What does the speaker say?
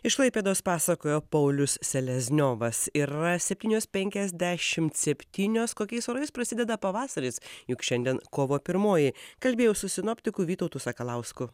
iš klaipėdos pasakojo paulius selezniovas yra septynios penkiasdešimt septynios kokiais orais prasideda pavasaris juk šiandien kovo pirmoji kalbėjau su sinoptikų vytautu sakalausku